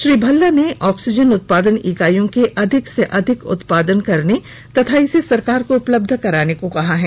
श्री भल्ला ने ऑक्सीजन उत्पादन इकाइयों से अधिक से अधिक उत्पादन करने तथा इसे सरकार को उपलब्ध कराने को कहा है